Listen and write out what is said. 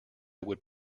would